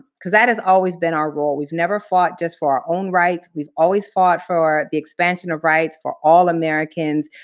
because that has always been our role. we've never fought just for our own rights. we've always fought for the expansion of rights for all americans.